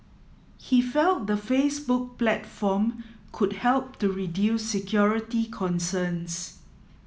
he felt the Facebook platform could help to reduce security concerns